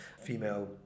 female